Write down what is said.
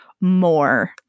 more